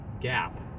gap